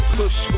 push